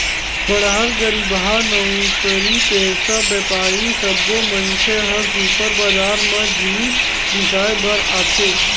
बड़हर, गरीबहा, नउकरीपेसा, बेपारी सब्बो मनखे ह सुपर बजार म जिनिस बिसाए बर आथे